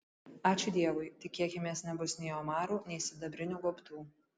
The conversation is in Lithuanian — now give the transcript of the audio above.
ačiū dievui tikėkimės nebus nei omarų nei sidabrinių gaubtų